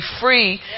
free